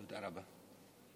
תודה רבה.